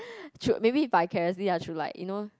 maybe vicariously lah through like you know